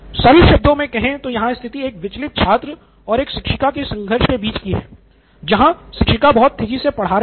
सरल शब्दों मे कहे तो यहाँ स्थिति एक विचलित छात्र और एक शिक्षिका के बीच संघर्ष की है जहां शिक्षिका बहुत तेज़ी से पढ़ा रही है